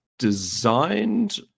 Designed